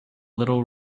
little